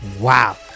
Wow